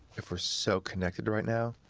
if we're so connected right now,